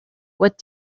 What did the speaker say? what